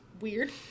weird